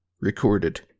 recorded